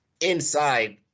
inside